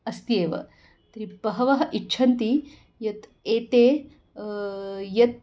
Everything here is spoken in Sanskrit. अस्त्येव त्रि बहवः इच्छन्ति यत् एते यत्